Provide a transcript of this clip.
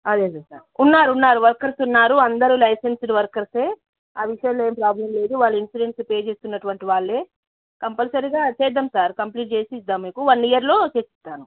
అదేలే సార్ ఉన్నారు ఉన్నారు వర్కర్సు ఉన్నారు అందరూ లైసెన్స్డ్ వర్కర్సే ఆ విషయంలో ఏమి ప్రాబ్లమ్ లేదు వాళ్ళు ఇన్సూరెన్స్ పే చేస్తున్నటువంటి వాళ్ళే కంపల్సరీగా చేదాం సార్ కంప్లీట్ చేసి ఇద్దాం మీకు వన్ ఇయర్లో చేపిస్తాను